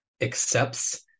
accepts